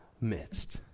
midst